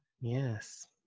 Yes